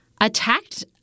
attacked